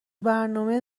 برنامه